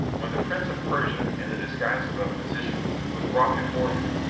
when the prince of persia, in the disguise of a physician, was brought before him,